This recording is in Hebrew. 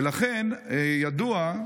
ולכן ידוע,